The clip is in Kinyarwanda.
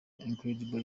incredible